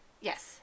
Yes